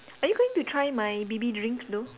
are you going to try my B_B drinks though